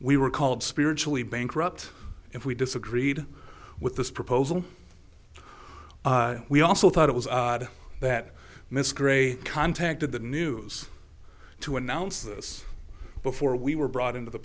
we were called spiritually bankrupt if we disagreed with this proposal we also thought it was odd that miss gray contacted the news to announce this before we were brought into the